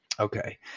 Okay